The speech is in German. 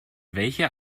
welcher